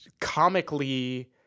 comically